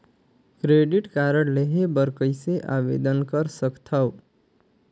Credit card लेहे बर कइसे आवेदन कर सकथव?